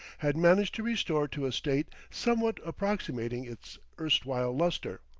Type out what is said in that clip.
had managed to restore to a state somewhat approximating its erstwhile luster,